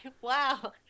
wow